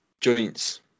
joints